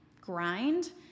grind